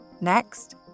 Next